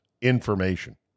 information